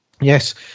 yes